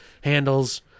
handles